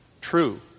true